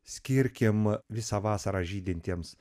skirkim visą vasarą žydintiems